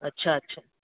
अछा अछा